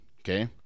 Okay